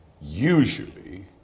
usually